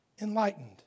Enlightened